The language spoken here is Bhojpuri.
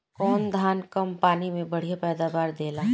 कौन धान कम पानी में बढ़या पैदावार देला?